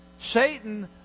Satan